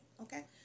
okay